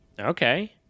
okay